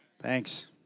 Thanks